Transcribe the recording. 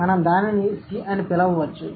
మనం దానిని "C" అని పిలవవచ్చు